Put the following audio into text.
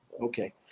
Okay